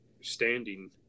standing